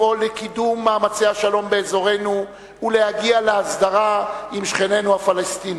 לפעול לקידום מאמצי השלום באזורנו ולהגיע להסדרה עם שכנינו הפלסטינים.